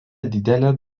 didelė